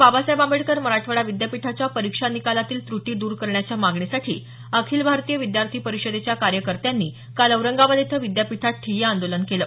बाबासाहेब आंबेडकर मराठवाडा विद्यापीठाच्या परीक्षा निकालांतील त्रुटी द्र करण्याच्या मागणीसाठी अखिल भारतीय विद्यार्थी परिषदेच्या कार्यकर्त्यांनी काल औरंगाबाद इथं विद्यापीठात ठिय्या आंदोलन केलं